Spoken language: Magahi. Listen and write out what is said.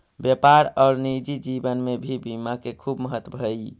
व्यापार और निजी जीवन में भी बीमा के खूब महत्व हई